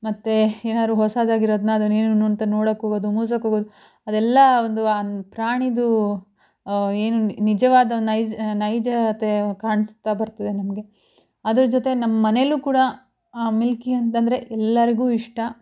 ಮತ್ತು ಏನಾದ್ರು ಹೊಸದಾಗಿರೋದನ್ನು ಅದನ್ನು ಏನೇನು ಅಂತ ನೋಡೋಕ್ಕೋಗೋದು ಮೂಸೋಕ್ಕೋಗೋದು ಅದೆಲ್ಲ ಒಂದು ಆ ಪ್ರಾಣಿದು ಏನು ನಿಜವಾದ ನೈಜ ನೈಜತೆ ಕಾಣಿಸ್ತಾ ಬರ್ತದೆ ನಮಗೆ ಅದರ ಜೊತೆ ನಮ್ಮ ಮನೆಯಲ್ಲೂ ಕೂಡ ಮಿಲ್ಕಿ ಅಂತಂದರೆ ಎಲ್ಲರಿಗೂ ಇಷ್ಟ